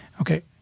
Okay